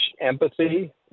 empathy